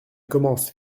commence